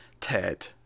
Ted